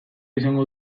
izango